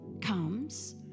comes